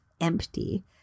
empty